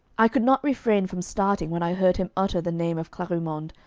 i could not refrain from starting when i heard him utter the name of clarimonde,